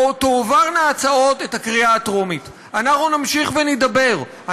תועברנה ההצעות בקריאה הטרומית ואנחנו נמשיך ונידבר.